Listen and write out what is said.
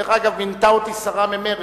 דרך אגב, מינתה אותי שרה ממרצ.